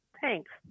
thanks